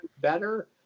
better